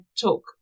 talk